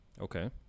Okay